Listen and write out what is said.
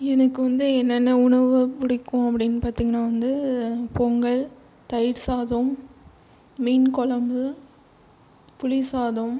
எனக்கு வந்து என்னென்ன உணவு பிடிக்கும் அப்படின்னு பார்த்திங்கன்னா வந்து பொங்கல் தயிர் சாதம் மீன் குழம்பு புளிசாதம்